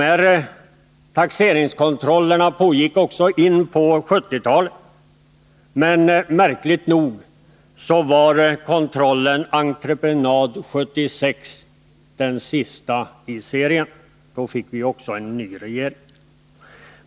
Dessa taxeringskontroller pågick in på 1970-talet, men märkligt nog blev kontrollen Entreprenad 76 den sista i serien — då fick vi ju också en ny regering.